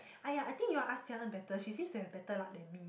!aiya! I think you all ask Jia-Le better she seems to have better luck than me